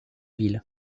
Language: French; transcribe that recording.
villes